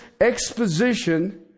exposition